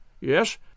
Yes